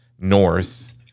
North